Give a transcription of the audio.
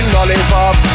Lollipop